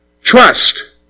Trust